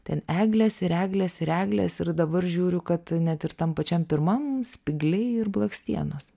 ten eglės ir eglės ir eglės ir dabar žiūriu kad net ir tam pačiam pirmam spygliai ir blakstienos